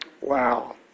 Wow